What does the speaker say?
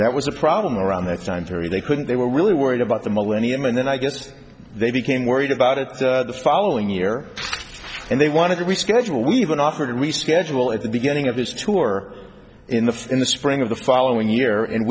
that was a problem around that time sorry they couldn't they were really worried about the millennium and then i guess they became worried about it the following year and they wanted to reschedule we even offered to reschedule at the beginning of this tour in the fall in the spring of the following year and